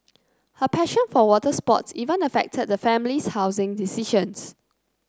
her passion for water sports even affected the family's housing decisions